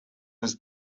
was